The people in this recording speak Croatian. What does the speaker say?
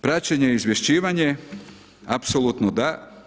Praćenje i izvješćivanje, apsolutno da.